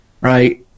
Right